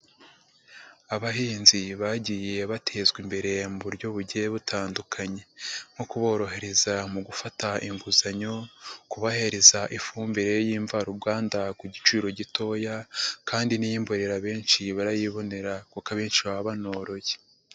Abahinzi bagiye batezwa imbere mu buryo bugiye butandukanye. Nko kuborohereza mu gufata inguzanyo, kubahereza ifumbire y'imvaruganda ku giciro gitoya kandi n'iy'imborera abenshi barayibonera kuko abenshi baba banoroye.